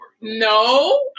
No